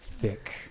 thick